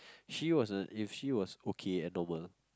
she was a if she was okay at the world